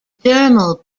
dermal